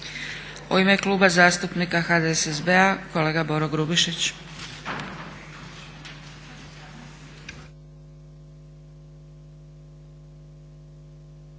U ime Kluba zastupnika HDSSB-a kolega Boro Grubišić.